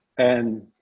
and